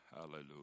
Hallelujah